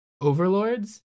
overlords